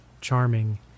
charming